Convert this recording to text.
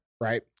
Right